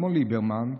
כמו ליברמן,